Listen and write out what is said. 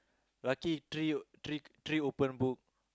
lucky three three three open book